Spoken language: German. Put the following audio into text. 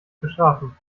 bestrafen